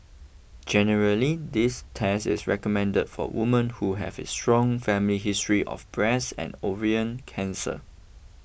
generally this test is recommended for women who have a strong family history of breast and ovarian cancer